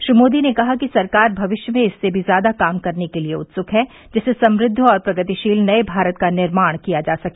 श्री मोदी ने कहा कि सरकार भविष्य में इससे भी ज्यादा काम करने के लिए उत्सुक है जिससे समृद्ध और प्रगतिशील नये भारत का निर्माण किया जा सके